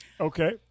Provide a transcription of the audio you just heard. Okay